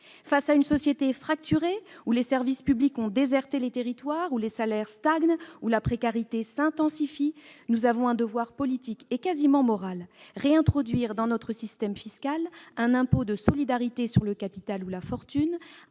Face à une société fracturée, où les services publics ont déserté les territoires, où les salaires stagnent et où la précarité s'intensifie, nous avons un devoir politique et quasiment moral : réintroduire dans notre système fiscal un impôt de solidarité sur le capital ou la fortune,